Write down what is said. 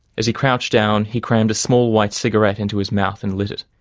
as he crouched down, he crammed a small white cigarette into his mouth, and lit it.